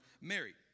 Mary